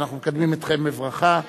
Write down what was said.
ואנחנו מקדמים אתכם בברכה.